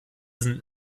sind